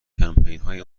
کمپینهای